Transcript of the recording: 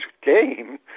game